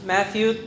Matthew